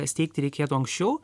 steigti reikėtų anksčiau